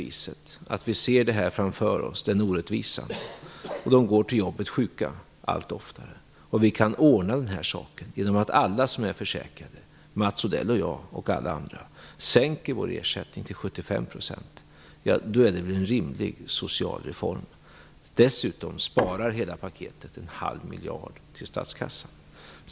Vi kan se denna orättvisa och att dessa människor allt oftare går sjuka till jobbet. Om vi då kan ordna saken genom att alla försäkrade - Mats Odell, jag och alla andra - sänker sin ersättning till 75 %, är väl detta en rimlig social reform. Dessutom sparar hela paketet en halv miljard till statskassan. Herr talman!